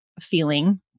feeling